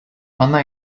ӑна